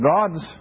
God's